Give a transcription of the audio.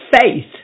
faith